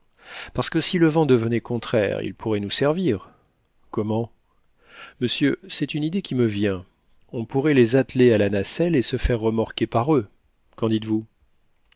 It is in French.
parce que si le vent devenait contraire ils pourraient nous servir comment monsieur c'est une idée qui me vient on pourrait les atteler à la nacelle et se faire remorquer par eux qu'en dites-vous